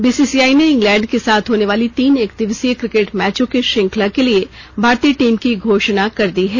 BCI ने England के साथ होने वाली तीन एक दिवसीय क्रिकेट मैचों की श्रंखला के लिए भारतीय टीम की घोषणा कर दी है